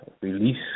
release